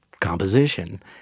composition